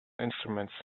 instruments